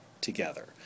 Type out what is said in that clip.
together